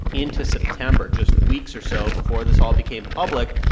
into september, just weeks or so before this all became public.